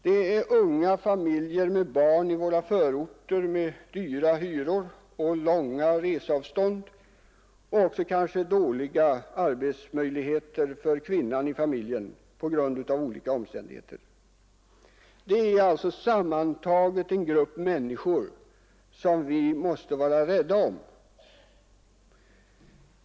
Det är unga familjer med barn i förorter, unga familjer som har dyra hyror och långa reseavstånd och kanske även av olika omständigheter dåliga arbetsmöjligheter för kvinnan i familjen. Det är sammantaget en grupp människor som vi måste söka hjälpa och bistå.